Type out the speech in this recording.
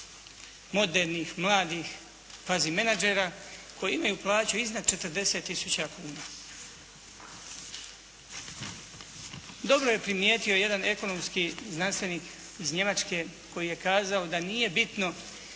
modernih mladih kvazi menađera koji imaju plaću iznad 40 tisuća kuna. Dobro je primijetio jedan ekonomski znanstvenik iz Njemačke koji je kazao da nije bitno